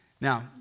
Now